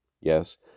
Yes